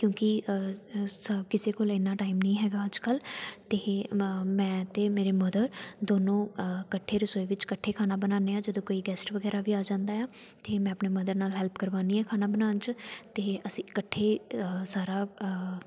ਕਿਉਂਕਿ ਸਭ ਕਿਸੇ ਕੋਲ ਇੰਨਾ ਟਾਈਮ ਨਹੀਂ ਹੈਗਾ ਅੱਜ ਕੱਲ੍ਹ ਅਤੇ ਮ ਮੈਂ ਅਤੇ ਮੇਰੇ ਮਦਰ ਦੋਨੋਂ ਇਕੱਠੇ ਰਸੋਈ ਵਿੱਚ ਇਕੱਠੇ ਖਾਣਾ ਬਣਾਉਂਦੇ ਹਾਂ ਜਦੋਂ ਕੋਈ ਗੈਸਟ ਵਗੈਰਾ ਵੀ ਆ ਜਾਂਦਾ ਆ ਤਾਂ ਮੈਂ ਆਪਣੇ ਮਦਰ ਨਾਲ ਹੈਲਪ ਕਰਵਾਉਂਦੀ ਆ ਖਾਣਾ ਬਣਾਉਣ 'ਚ ਅਤੇ ਅਸੀਂ ਇਕੱਠੇ ਸਾਰਾ